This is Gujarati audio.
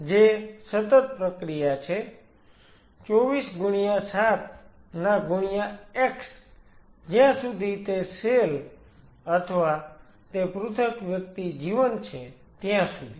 જે સતત પ્રક્રિયા છે 24x7 ના ગુણ્યા x જ્યાં સુધી તે સેલ અથવા તે પૃથક વ્યક્તિ જીવંત છે ત્યાં સુધી